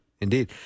Indeed